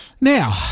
Now